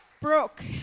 Brooke